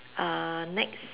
uh next